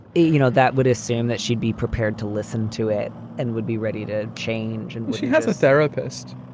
you know, that would assume that she'd be prepared to listen to it and would be ready to change and she has a therapist.